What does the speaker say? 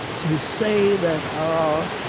to say that our